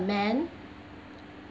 man